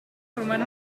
roman